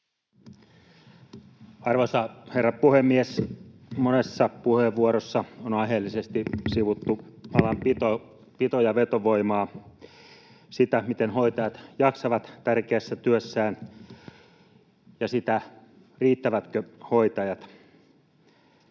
Arvoisa herra puhemies! Monessa puheenvuorossa on aiheellisesti sivuttu alan pito- ja vetovoimaa, sitä, miten hoitajat jaksavat tärkeässä työssään, ja sitä, riittävätkö hoitajat.